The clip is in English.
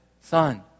Son